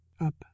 up